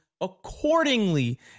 accordingly